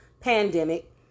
pandemic